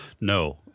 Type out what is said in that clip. No